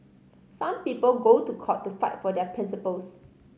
some people go to court to fight for their principles